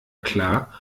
klar